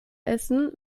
essen